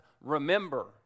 remember